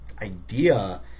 idea